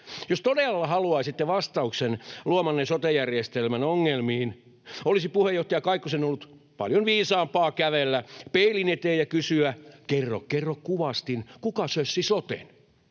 Jos todella haluaisitte vastauksen luomanne sote-järjestelmän ongelmiin, olisi puheenjohtaja Kaikkosen ollut paljon viisaampaa kävellä peilin eteen ja kysyä: ”Kerro, kerro, kuvastin, kuka sössi soten?”